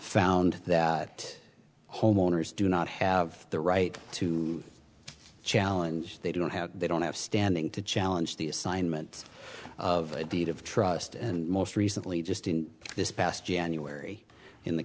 found that homeowners do not have the right to challenge they don't have they don't have standing to challenge the assignment of a deed of trust and most recently just in this past january in the